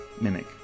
Mimic